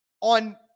on